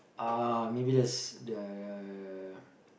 uh maybe there's the